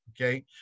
okay